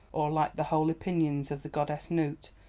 or like the holy pinions of the goddess nout,